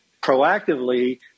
proactively